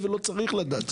ולא צריך לדעת.